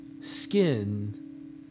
Skin